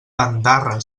bandarra